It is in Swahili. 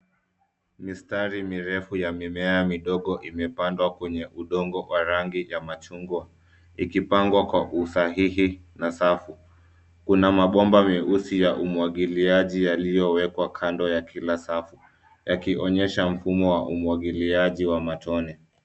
Mistari mirefu ya mimea midogo imepandwa kwenye udongo wa rangi ya machungwa, ikipangwa kwa usahihi na safu. Kuna mabomba meusi ya umwagiliaji yaliyowekwa kando ya kila safu yakionyesha mfumo wa umwagiliaji wa matone.